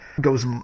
goes